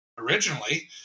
Originally